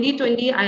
2020